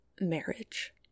marriage